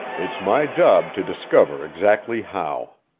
it's my job to discover exactly how.